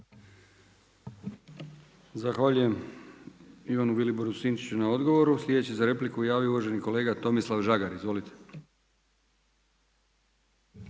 Zahvaljujem Ivanu Viliboru Sinčiću na odgovoru. Sljedeći za repliku se javio uvaženi kolega Tomislav Žagar. Izvolite.